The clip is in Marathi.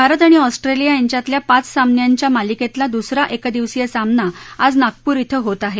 भारत आणि ऑस्ट्रेलिया यांच्यातल्या पाच सामन्यांच्या मालिकेतला दुसरा एकदिवसीय क्रिकेट सामना आज नागपूर क्रि होत आहे